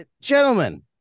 gentlemen